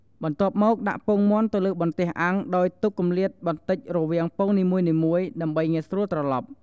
បន្ទាប់មក ដាក់ពងមាន់ទៅលើបន្ទះអាំងដោយទុកគម្លាតបន្តិចរវាងពងនីមួយៗ ដើម្បីងាយស្រួលត្រឡប់។